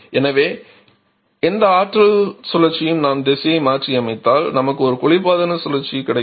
எனவே எந்த ஆற்றல் சுழற்சியும் நாம் திசையை மாற்றியமைத்தால் நமக்கு ஒரு குளிர்பதன சுழற்சி கிடைக்கும்